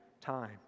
time